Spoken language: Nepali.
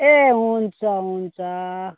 ए हुन्छ हुन्छ